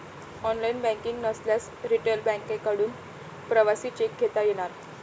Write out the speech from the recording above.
online banking नसल्यास retail बँकांकडून प्रवासी चेक घेता येणार